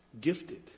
gifted